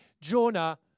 Jonah